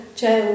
c'è